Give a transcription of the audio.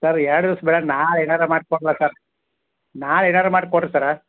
sir ಎರಡು ದಿವ್ಸ ಬೇಡ ನಾಳೆ ಏನಾರೂ ಮಾಡಿ ಕೊಡ್ಲ ಸರ್ ನಾಳೆ ಏನಾರೂ ಮಾಡಿ ಕೊಡ್ರಿ ಸರ್ರ